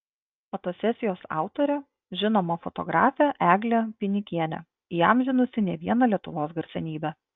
fotosesijos autorė žinoma fotografė eglė pinikienė įamžinusi ne vieną lietuvos garsenybę